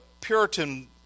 Puritan